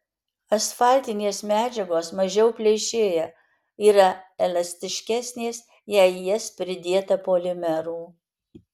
asfaltinės medžiagos mažiau pleišėja yra elastiškesnės jei į jas pridėta polimerų